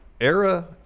Era